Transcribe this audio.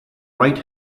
right